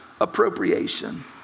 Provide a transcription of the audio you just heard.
appropriation